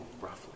roughly